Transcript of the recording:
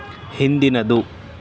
ಹಿಂದಿನದು